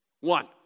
one